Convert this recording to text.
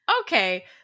Okay